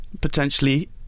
Potentially